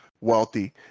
wealthy